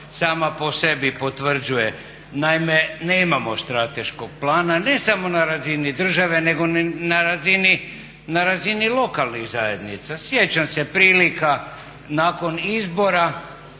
sama po sebi potvrđuje. Naime, nemamo strateškog plana ne samo na razini države nego ni na razini lokalnih zajednica. Sjećam se prilika nakon izbora